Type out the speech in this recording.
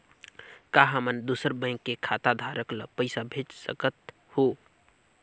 का हमन दूसर बैंक के खाताधरक ल पइसा भेज सकथ हों?